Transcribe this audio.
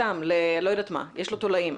לא יודעת מה, יש לו תולעים.